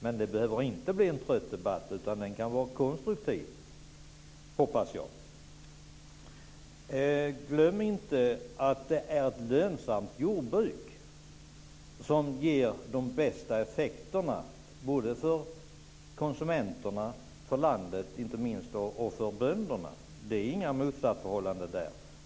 Men det behöver inte bli en trött debatt, utan jag hoppas att den kan vara konstruktiv. Glöm inte att det är ett lönsamt jordbruk som ger de bästa effekterna både för konsumenterna och för landet, inte minst för bönderna. Det råder inga motsatsförhållanden där.